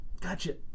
Gotcha